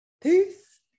peace